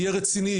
רציני,